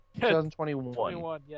2021